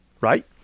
right